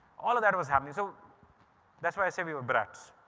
all of that was happening. so that's why i said we were brats.